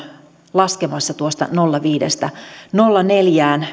laskemassa sitä tuosta nolla pilkku viidestä nolla pilkku neljään